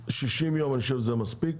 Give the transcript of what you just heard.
חושב ששישים יום זה מספיק.